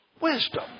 wisdom